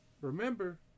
Remember